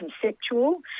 conceptual